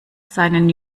seinen